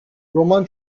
roman